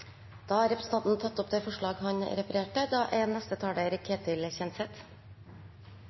Da har representanten Bjørnar Moxnes tatt opp det forslaget han refererte til.